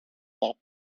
pop